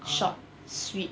short sweet